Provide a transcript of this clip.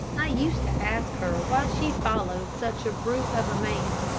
i used to ask her why she followed such a brute of a man,